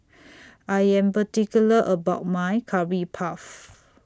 I Am particular about My Curry Puff